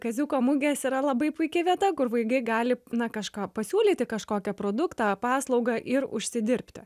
kaziuko mugės yra labai puiki vieta kur vaigai gali kažką pasiūlyti kažkokią produktą paslaugą ir užsidirbti